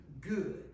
good